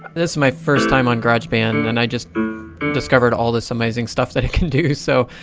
this my first time on garage band, and i just discovered all this amazing stuff that it can do. so,